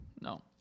No